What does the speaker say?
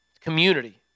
community